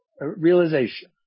realization